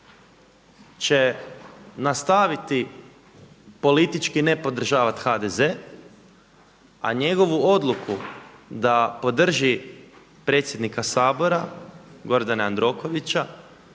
će nastaviti politički ne podržavati HDZ, a njegovu odluku da podrži predsjednika Sabora Gordana Jandrokovića